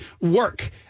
work